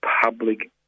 public